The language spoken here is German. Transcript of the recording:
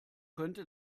könnte